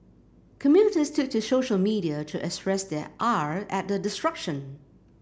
commuters took to social media to express their ire at the disruption